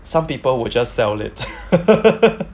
some people were just sell it